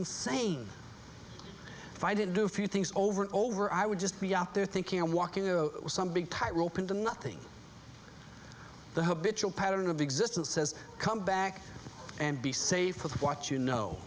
insane if i did do few things over and over i would just be out there thinking i'm walking in some big tight rope into nothing the habitual pattern of existence says come back and be safe with what you know